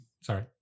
Sorry